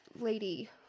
lady